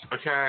okay